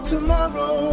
Tomorrow